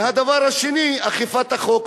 והדבר השני, אכיפת החוק.